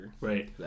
right